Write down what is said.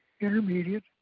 intermediate